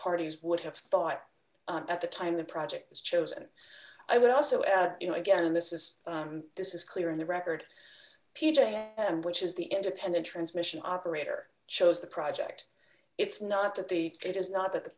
parties would have thought at the time the project was chosen i would also add you know again this is this is clear in the record p j which is the independent transmission operator chose the project it's not that the it is not that the